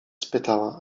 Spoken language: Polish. spytała